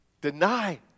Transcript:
Deny